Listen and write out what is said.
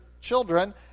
children